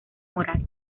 moral